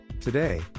Today